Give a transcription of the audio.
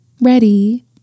Ready